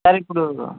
sir ఇప్పుడు